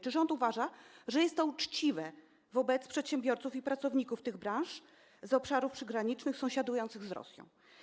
Czy rząd uważa, że jest to uczciwe wobec przedsiębiorców i pracowników tych branż z obszarów przygranicznych sąsiadujących z Rosją?